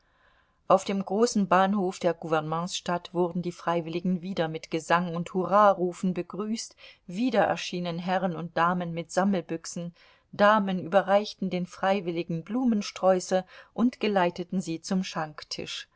auf dem großen bahnhof der gouvernementsstadt wurden die freiwilligen wieder mit gesang und hurrarufen begrüßt wieder erschienen herren und damen mit sammelbüchsen damen überreichten den freiwilligen blumensträuße und geleiteten sie zum